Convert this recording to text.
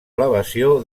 elevació